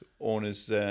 owners